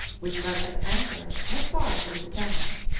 which were at anchor not far from the town.